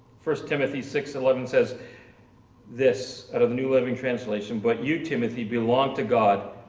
first timothy six eleven says this out of the new living translation, but you timothy belong to god.